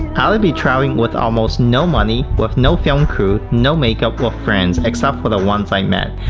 i'll be traveling with almost no money, with no film crew, no make up, or friends exception for the ones i met.